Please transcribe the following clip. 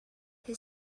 his